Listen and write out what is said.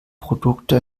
produkte